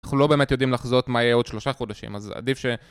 אנחנו לא באמת יודעים לחזות מה יהיה עוד שלושה חודשים, אז עדיף ש...